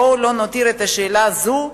בואו לא נותיר את השאלה הזאת,